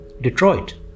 Detroit